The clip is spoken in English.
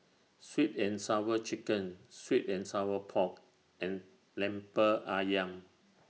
Sweet and Sour Chicken Sweet and Sour Pork and Lemper Ayam